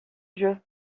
jeu